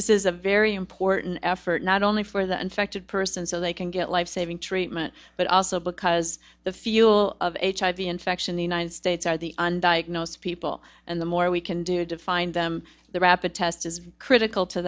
this is a very important effort not only for the infected person so they can get lifesaving treatment but also because the fuel of hiv infection the united states are the undiagnosed people and the more we can do is to find them the rapid test is critical to